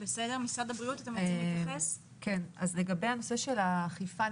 לגבי האכיפה,